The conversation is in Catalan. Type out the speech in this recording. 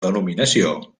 denominació